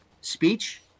speech